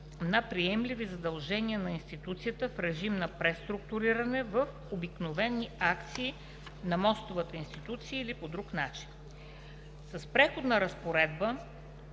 на приемливи задължения на институцията в режим на преструктуриране в обикновени акции на мостовата институция или по друг начин. С Преходна разпоредба